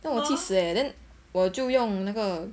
then 我气死 eh then 我就用那个